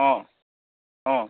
অঁ অঁ